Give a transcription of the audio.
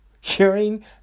hearing